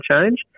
change